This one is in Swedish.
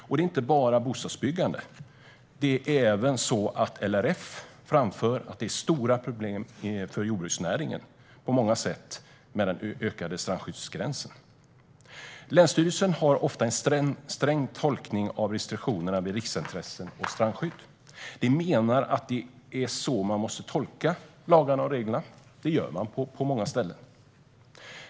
Det gäller inte heller bara bostadsbyggande; det är även så att LRF framför att den utökade strandskyddsgränsen på många sätt innebär stora problem för jordbruksnäringen. Länsstyrelserna har ofta en sträng tolkning av restriktionerna vid riksintressen och strandskydd. Man menar att det är så lagarna och reglerna måste tolkas, och det gör man på många ställen.